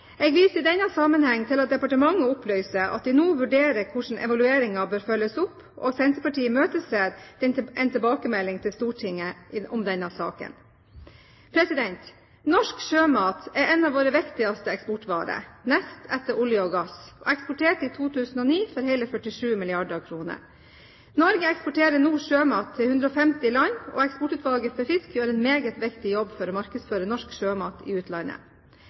Jeg viser i denne sammenhengen til at departementet opplyser at de nå vurderer hvordan evalueringen bør følges opp. Senterpartiet imøteser en tilbakemelding til Stortinget om denne saken. Norsk sjømat er en av våre viktigste eksportvarer, nest etter olje og gass. Norge eksporterte i 2009 for hele 47 milliarder kr. Norge eksporterer nå sjømat til 150 land, og Eksportutvalget for fisk gjør en meget viktig jobb for å markedsføre norsk sjømat i utlandet.